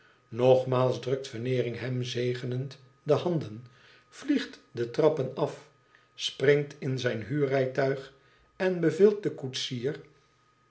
nogmaals drukt veneering hem zegenend de handen vliegt de trappen af springt in zijn huurrijtuig en beveelt den koetsier